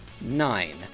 nine